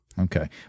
Okay